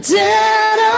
dead